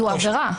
זו עבירה.